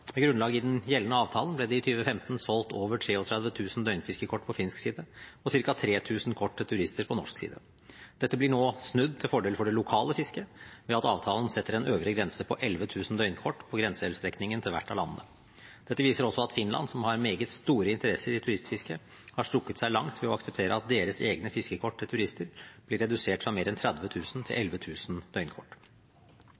Med grunnlag i den gjeldende avtalen ble det i 2015 solgt over 33 000 døgnfiskekort på finsk side og ca. 3 000 kort til turister på norsk side. Dette blir nå snudd til fordel for det lokale fisket ved at avtalen setter en øvre grense på 11 000 døgnkort på grenseelvstrekningen til hvert av landene. Dette viser også at Finland, som har meget store interesser i turistfisket, har strukket seg langt ved å akseptere at deres egne fiskekort til turister blir redusert fra mer enn